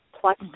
plus